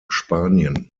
spanien